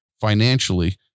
financially